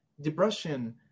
depression